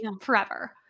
forever